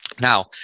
Now